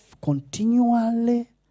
continually